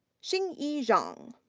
xingyi zhang.